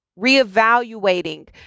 reevaluating